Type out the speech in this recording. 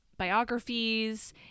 biographies